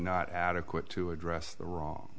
not adequate to address the wrong